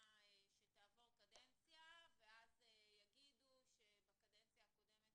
שתעבור קדנציה ואז יאמרו שבקדנציה הקודמת